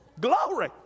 glory